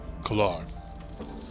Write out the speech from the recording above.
Kalar